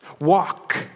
Walk